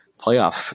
playoff